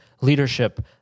leadership